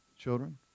children